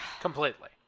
Completely